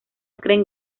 creen